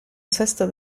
sesto